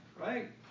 right